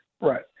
Right